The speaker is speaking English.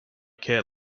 cat